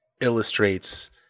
illustrates